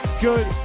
good